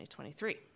2023